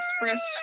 expressed